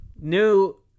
new